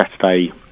Saturday